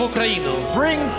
Bring